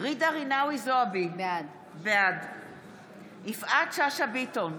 ג'ידא רינאוי זועבי, בעד יפעת שאשא ביטון,